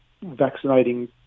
vaccinating